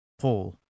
Paul